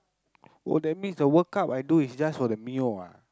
oh that means the World Cup I do is just for the Mio ah